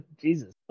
Jesus